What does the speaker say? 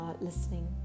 listening